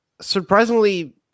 surprisingly